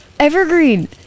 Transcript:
evergreen